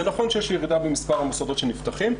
זה נכון שיש ירידה במספר המוסדות שנפתחים,